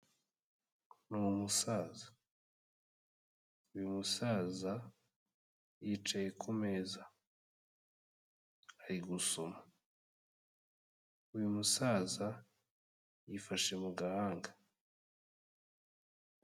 Ni umusaza, uyu musaza yicaye ku meza ari gusoma, uyu musaza yifashe mu gahanga.